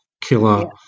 killer